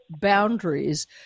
boundaries